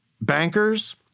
bankers